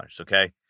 Okay